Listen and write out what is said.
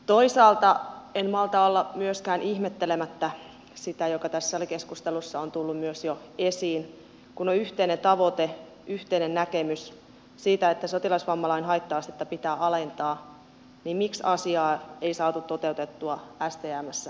toisaalta en malta olla ihmettelemättä sitä mikä myös tässä salikeskustelussa on jo tullut esiin että kun on yhteinen tavoite yhteinen näkemys siitä että sotilasvammalain haitta astetta pitää alentaa niin miksi asiaa ei saatu toteutettua stmssä nyttenkään